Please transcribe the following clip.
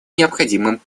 необходимым